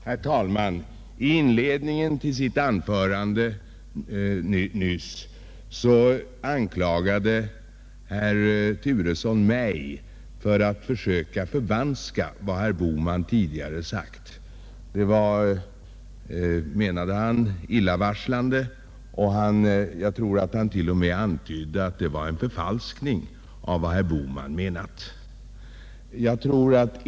Herr talman! I inledningen av sitt anförande nyss anklagade herr Turesson mig för att försöka förvanska vad herr Bohman tidigare hade sagt. Det var, menade han, illavarslande. Jag tror att han t.o.m. antydde att det var en förfalskning av vad herr Bohman menat.